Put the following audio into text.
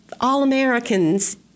all-Americans